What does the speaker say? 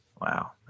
Wow